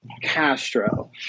Castro